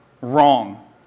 Wrong